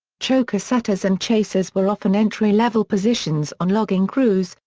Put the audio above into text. choker setters and chasers were often entry-level positions on logging crews,